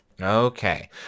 Okay